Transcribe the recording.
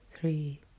three